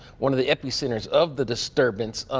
one of the epicenters of the disturbance,